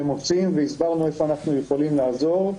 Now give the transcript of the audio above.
שהם עושים והסברנו איפה אנחנו יכולים לעזור.